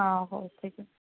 ହଁ ହଉ ଠିକ୍ ଅଛି